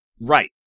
Right